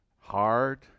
hard